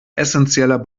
essenzieller